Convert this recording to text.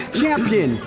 champion